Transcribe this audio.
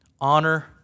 honor